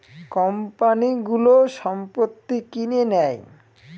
কোম্পানিগুলো সম্পত্তি কিনে নেয়